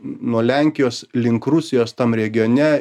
nuo lenkijos link rusijos tam regione